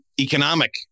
economic